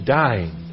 dying